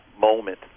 moment